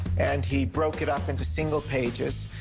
and he broke it up into single pages.